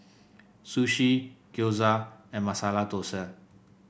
Sushi Gyoza and Masala Dosa